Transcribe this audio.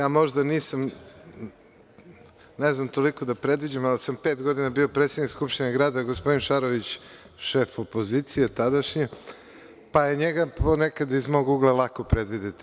Prvo, možda ne znam toliko da predviđam, ali sam pet godina bio predsednik Skupštine grada, a gospodin Šarović šef opozicije tadašnji, pa je njega ponekad iz mog ugla lako predvideti.